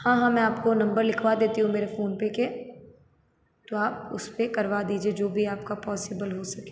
हाँ हाँ मैं आपको नंबर लिखवा देती हूँ मेरे फ़ोनपे के तो आप उस पर करवा दीजिए जो भी आपका पॉसिबल हो सके